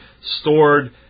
stored